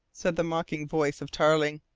said the mocking voice of tarling,